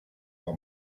for